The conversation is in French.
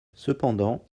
cependant